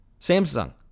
Samsung